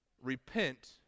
Repent